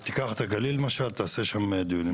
תיקח את הגליל למשל, תעשה שם דיון.